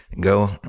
Go